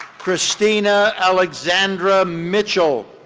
christina alexandra mitchell.